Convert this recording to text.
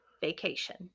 vacation